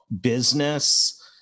business